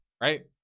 right